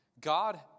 God